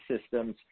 systems